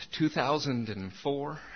2004